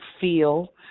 feel